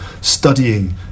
studying